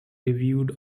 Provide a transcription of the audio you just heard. reviewed